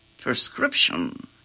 prescription